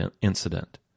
incident